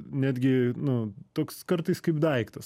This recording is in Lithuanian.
netgi nu toks kartais kaip daiktas